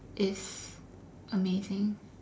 is amazing